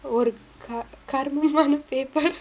ஒரு:oru ka~ கருமமான:karumamaana paper